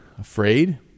afraid